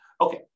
Okay